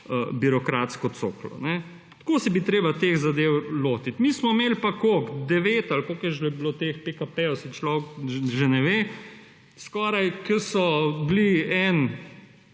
birokratsko coklo. Tako se bi treba teh zadev lotiti. Mi smo imeli pa – koliko? – 9 ali koliko je že bilo teh PKP, saj človek že ne ve skoraj, ki so bili en